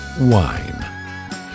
wine